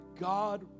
God